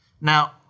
Now